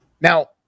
Now